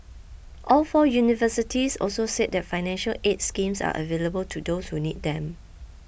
all four universities also said that financial aid schemes are available to those who need them